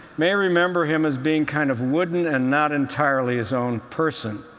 may remember him as being kind of wooden and not entirely his own person,